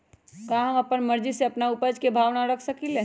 का हम अपना मर्जी से अपना उपज के भाव न रख सकींले?